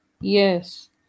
Yes